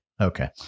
Okay